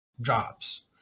jobs